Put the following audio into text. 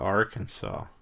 Arkansas